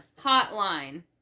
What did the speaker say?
hotline